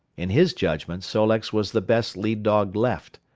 in his judgment, sol-leks was the best lead-dog left.